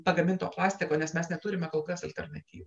pagaminto plastiko nes mes neturime kol kas alternatyvų